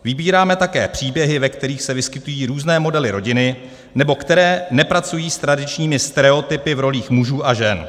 Vybíráme také příběhy, ve kterých se vyskytují různé modely rodiny nebo které nepracují s tradičními stereotypy v rolích mužů a žen.